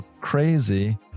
crazy